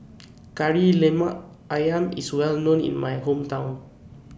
Kari Lemak Ayam IS Well known in My Hometown